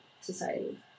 society